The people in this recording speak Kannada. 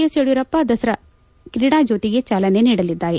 ಎಸ್ ಯಡಿಯೂರಪ್ಪ ದಸರಾ ಕ್ರೀಡಾಜ್ಯೋತಿಗೆ ಚಾಲನೆ ನೀಡಅದ್ದಾರೆ